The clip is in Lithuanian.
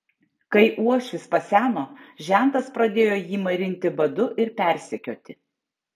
kai uošvis paseno žentas pradėjo jį marinti badu ir persekioti